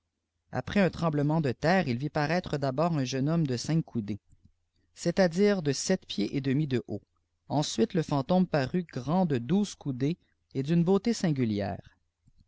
après un tremblemeiit de terre il vit paraître d'abord un jeune hooune dednq coudées j c'est-à-dire de sept pieds et demi de haut ensuite le fantème parut grand de douze coudée et d'une beauté singulière